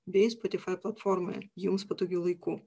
bei spotifai platformoje jums patogiu laiku